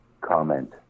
comment